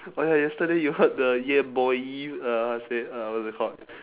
oh ya yesterday you heard the ye boi uh say uh what is it called